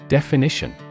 Definition